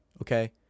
okay